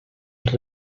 els